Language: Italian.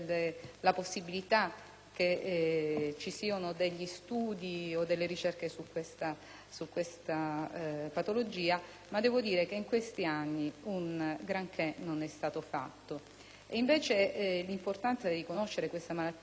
che vi siano degli studi e delle ricerche su questa patologia, ma in questi anni un granché non è stato fatto. Invece, l'importanza di conoscere questa malattia come grave è